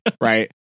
right